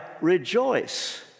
rejoice